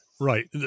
Right